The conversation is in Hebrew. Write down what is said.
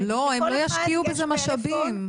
הם לא ישקיעו בזה משאבים.